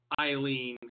Eileen